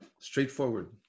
Straightforward